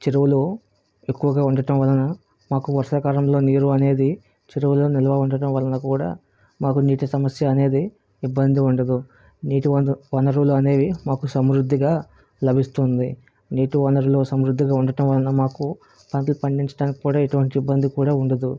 చెరువులు ఎక్కువగా ఉండటం వలన మాకు వర్షాకాలంలో నీరు అనేది చెరువులు నిల్వ ఉండడం వలన కూడా మాకు నీటి సమస్య అనేది ఇబ్బంది ఉండదూ నీటి వనర్ వనరులు అనేవి మాకు సమృద్ధిగా లభిస్తుంది నీటి వనరులు సమృద్ధిగా ఉండటం వలన మాకు పంటలు పండించటానికి కూడా ఎటువంటి ఇబ్బంది కూడా ఉండదు